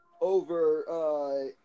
over